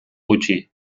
gutxi